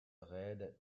reid